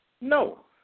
no